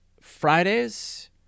Fridays